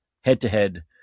head-to-head